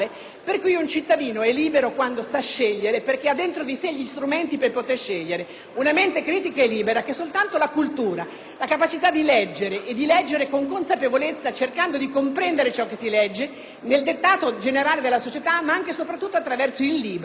per cui un cittadino è libero quando sa scegliere perché ha dentro di sé gli strumenti per poter scegliere: una mente critica e libera che soltanto la cultura può determinare, la capacità di leggere e di leggere con consapevolezza, cercando di comprendere ciò che si legge, nel dettato generale della società ma anche e soprattutto attraverso il libro.